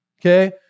Okay